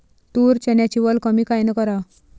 तूर, चन्याची वल कमी कायनं कराव?